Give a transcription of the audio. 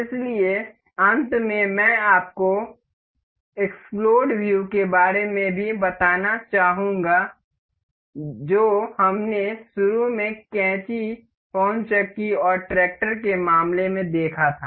इसलिए अंत में मैं आपको विस्फोट दृश्य के बारे में भी बताना चाहूंगा जो हमने शुरू में कैंची पवनचक्की और ट्रैक्टर के मामले में देखा था